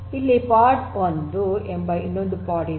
ಇಲ್ಲಿ ಪಾಡ್ 1 ಎಂಬ ಇನ್ನೊಂದು ಪಾಡ್ ಇದೆ